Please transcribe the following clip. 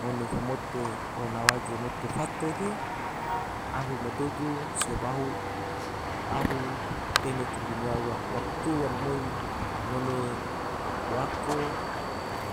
Ngone mote ona waje mote fato ge ahu ma dogu so bahu ahu teme toma dunia ua, waktu almoi ngone wako